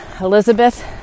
Elizabeth